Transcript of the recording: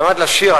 אמרתי לה: שירה,